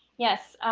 yes.